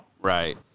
Right